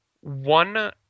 one